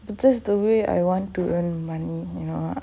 but this is the way I want to earn money you know